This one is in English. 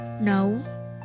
No